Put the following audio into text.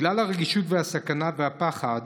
בגלל הרגישות, הסכנה והפחד